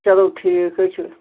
چلو ٹھیٖک حظ چھُ